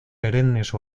perennes